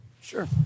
Sure